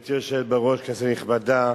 גברתי היושבת בראש, כנסת נכבדה,